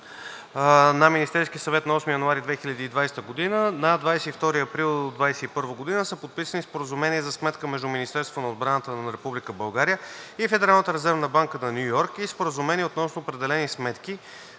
на Министерския съвет на 8 януари 2020 г., на 22 април 2021 г. са подписани Споразумение за сметка между Министерството на отбраната на Република България и Федералната резервна банка на Ню Йорк и Споразумение относно определени сметки,